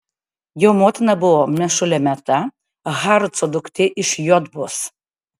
jo motina buvo mešulemeta haruco duktė iš jotbos